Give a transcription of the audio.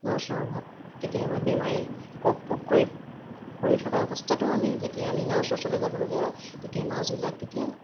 নাৰ্ছৰ অভাৱ কেতিয়াবা বেমাৰী কপকপ কৰি কৰি থকাৰ অৱস্থাটো আমি যেতিয়া আমি নাৰ্ছ ওচৰলৈ যাবলগীয়া হয় তেতিয়া নাৰ্ছবিলাক তেতিয়া